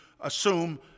assume